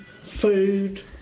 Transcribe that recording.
food